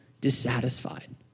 dissatisfied